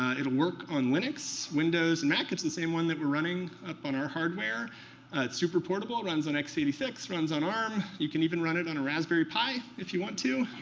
it'll work on linux, windows, and mac. it's the same one that we're running up on our hardware. it's super portable. runs on x eight six, runs on arm. you can even run it on a raspberry pi, if you want to.